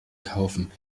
kaufen